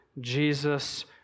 Jesus